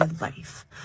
life